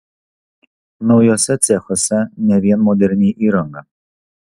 naujuose cechuose ne vien moderni įranga